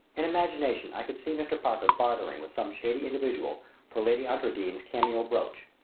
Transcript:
in imagination i could see mr. parker bartering with some shady individual for lady enterdean's cameo brooch!